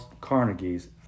Carnegie's